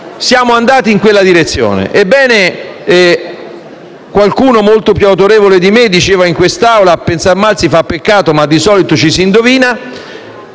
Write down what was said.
siete andati in quella direzione? Ebbene, qualcuno molto più autorevole diceva in quest'Aula: che a pensar male si fa peccato ma di solito si indovina.